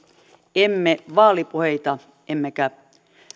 emme vaalipuheita emmekä